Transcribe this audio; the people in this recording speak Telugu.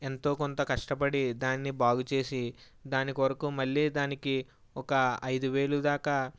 ఎంతో కొంత కష్టపడి దానిని బాగుచేసి దాని కొరకు మళ్ళీ దానిని ఒక ఐదు వేలు దాకా